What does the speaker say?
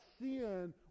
sin